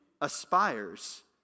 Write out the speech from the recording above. aspires